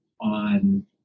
on